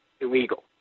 illegal